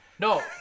No